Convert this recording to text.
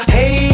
Hey